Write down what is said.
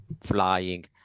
flying